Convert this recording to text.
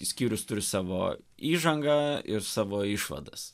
skyrius turi savo įžangą ir savo išvadas